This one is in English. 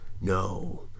no